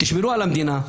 תשמרו על המדינה.